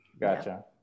Gotcha